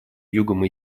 югом